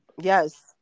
Yes